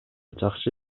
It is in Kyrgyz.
жакшы